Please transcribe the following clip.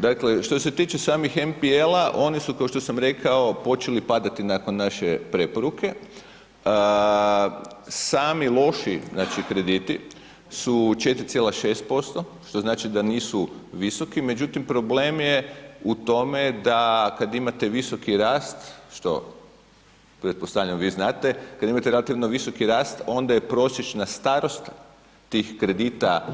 dakle, što se tiče samih MPL-a oni su kao što sam rekao počeli padati nakon naše preporuke, sami loši, znači krediti su 4,6%, što znači da nisu visoki, međutim problem je u tome da kad imate visoki rast, što pretpostavljam vi znate, kad imate relativno visoki rast, onda je prosječna starost tih kredita